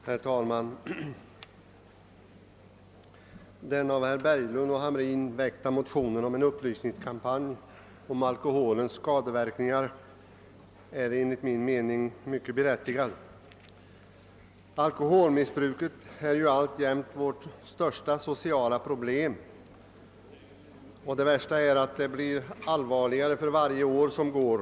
Herr talman! Den av herrar Berglund och Hamrin i Jönköping väckta motionen, II:546, om en upplysningskampanj rörande alkoholens skadeverkningar är enligt min mening mycket berättigad. Alkoholmissbruket är alltjämt vårt största sociala problem, och det värsta är att det blir allvarligare för varje år som går.